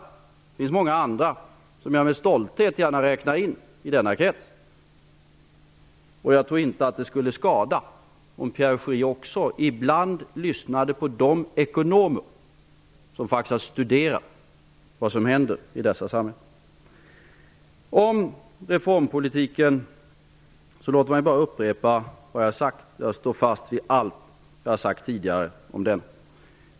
Det finns många andra som jag med stolthet gärna räknar in i denna krets. Jag tror inte att det skulle skada om Pierre Schori också ibland lyssnade på de ekonomer som faktiskt har studerat vad som händer i dessa samhällen. Om reformpolitiken vill jag bara upprepa vad jag sagt. Jag står fast vid allt jag tidigare sagt om den.